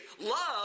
Love